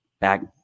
back